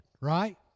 right